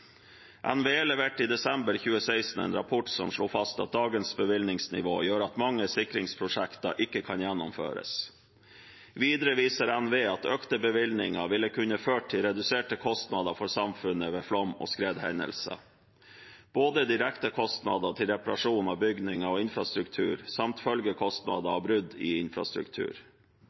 NVE leverte i desember 2016 en rapport som slo fast at dagens bevilgningsnivå gjør at mange sikringsprosjekter ikke kan gjennomføres. Videre viser NVE at økte bevilgninger ville kunne ført til reduserte kostnader for samfunnet ved flom- og skredhendelser – både direkte kostnader til reparasjon av bygninger og infrastruktur samt følgekostnader og brudd i infrastruktur.